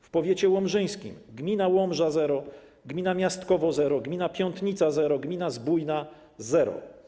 W powiecie łomżyńskim: gmina Łomża - zero, gmina Miastkowo - zero, gmina Piątnica - zero, gmina Zbójna - zero.